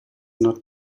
not